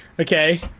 Okay